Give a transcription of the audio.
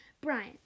Brian